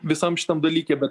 visam šitam dalyke bet